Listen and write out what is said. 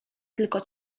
tylko